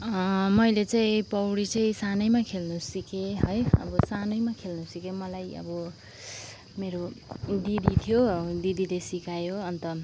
मैले चाहिँ पौडी चाहिँ सानैमा खेल्न सिकेँ है अब सानैमा खेल्न सिकेँ मलाई अब मेरो दिदी थियो दिदीले सिकायो अन्त